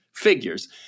Figures